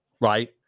right